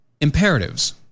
Imperatives